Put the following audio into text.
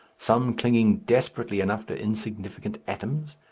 some clinging desperately enough to insignificant atoms,